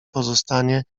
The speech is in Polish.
pozostanie